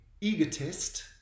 egotist